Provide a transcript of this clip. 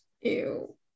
Ew